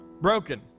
broken